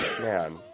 man